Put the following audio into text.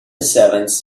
servants